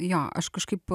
jo aš kažkaip